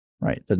Right